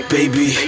Baby